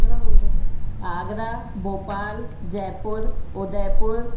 गरमु हूंदो आगरा भोपाल जयपुर उदयपुर